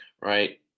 right